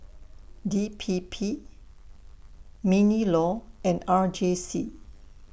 D P P MINLAW and R J C